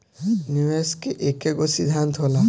निवेश के एकेगो सिद्धान्त होला